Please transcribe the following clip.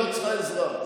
היא לא צריכה עזרה.